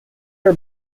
are